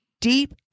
deep